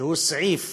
שהוא סעיף